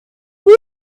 woot